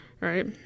right